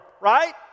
Right